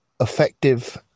effective